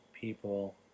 people